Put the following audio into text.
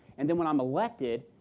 and and when i'm elected,